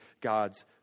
God's